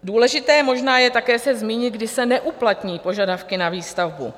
Důležité možná je také se zmínit, kdy se neuplatní požadavky na výstavbu.